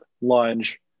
lunge